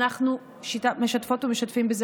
ואנחנו משתפות ומשתפים בזה,